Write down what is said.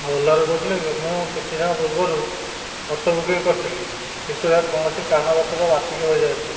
ହଁ ଓଲାରୁ କହୁଥିଲେ କି ମୁଁ କିଛି ସମୟ ପୂର୍ବରୁ ଅଟୋ ବୁକିଂ କରିଥିଲି କିନ୍ତୁ ଏହା କୌଣସି କାରଣ ବଶତଃ ବାତିଲ ହୋଇଯାଇଛି